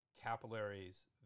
capillaries